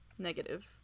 negative